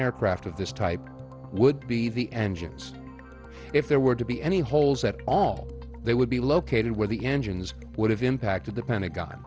aircraft of this type would be the engines if there were to be any holes at all they would be located where the engines would have impacted the pentagon